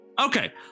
Okay